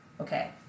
okay